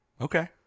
Okay